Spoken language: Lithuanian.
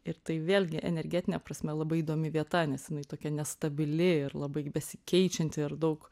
ir tai vėlgi energetine prasme labai įdomi vieta nes jinai tokia nestabili ir labai besikeičianti ir daug